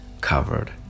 covered